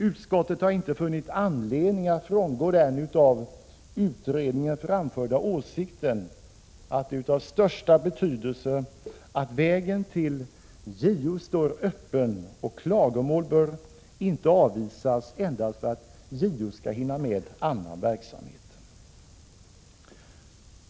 Utskottet har inte funnit anledning att frångå den av utredningen framförda åsikten, att det är av största betydelse att vägen till JO står öppen och att klagomål inte bör avvisas endast för att JO skall hinna med annan verksamhet.